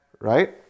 right